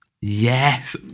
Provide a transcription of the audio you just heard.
Yes